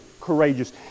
courageous